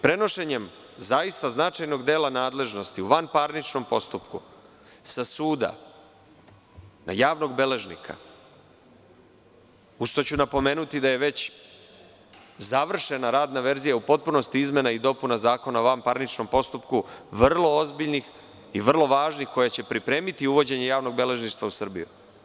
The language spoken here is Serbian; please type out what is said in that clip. Prenošenjem značajnog dela nadležnosti u vanparničnom postupku sa suda na javnog beležnika, uz to ću napomenuti da je završena radna verzija u potpunosti izmena i dopuna Zakona o vanparničnom postupku, vrlo ozbiljnih i vrlo važnih, koji će pripremiti uvođenje javnog-beležništva u Srbiju.